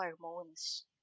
hormones